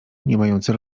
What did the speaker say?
niemające